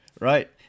right